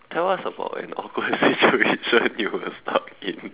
tell us about an awkward situation you were stuck in